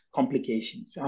Complications